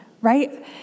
right